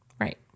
Right